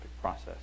process